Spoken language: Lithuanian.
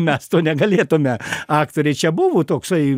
mes to negalėtume aktoriai čia buvo toksai